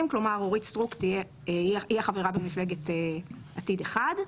- אורית סטרוק היא החברה במפלגת "עתיד אחד".